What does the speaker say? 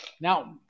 Now